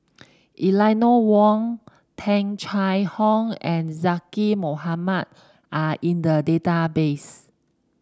Eleanor Wong Tung Chye Hong and Zaqy Mohamad are in the database